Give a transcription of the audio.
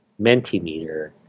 Mentimeter